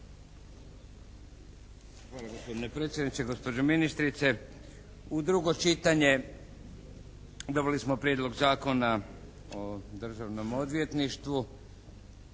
Hvala gospodine predsjedniče. Gospođo ministrice, u drugo čitanje dobili smo Prijedlog zakona o Državnom odvjetništvu